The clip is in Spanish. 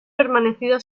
permanecido